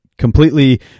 completely